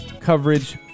coverage